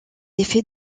effet